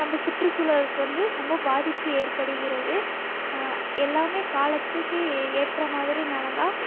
நம்ம சுற்றுச்சூழலுக்கு வந்து ரொம்ப பாதிப்பு ஏற்படுகிறது எல்லாம் காலத்துக்கு ஏற்றமாதிரி நடந்தால்